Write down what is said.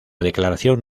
declaración